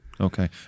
Okay